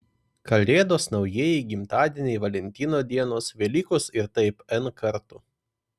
kalėdos naujieji gimtadieniai valentino dienos velykos ir taip n kartų